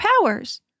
powers